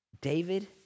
David